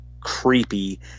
creepy